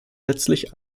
letztlich